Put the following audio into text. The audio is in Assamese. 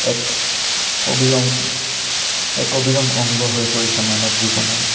এক অবিৰং এক অবিৰং অংগ হৈ পৰিছে মানৱ জীৱনৰ